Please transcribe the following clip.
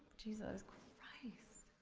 jesus christ.